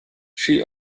she